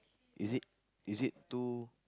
is it is it too